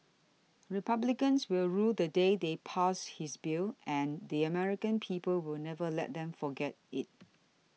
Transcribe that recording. republicans will rue the day they passed this bill and the American people will never let them forget it